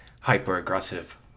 hyper-aggressive